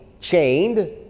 chained